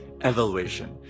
Evaluation